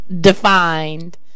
defined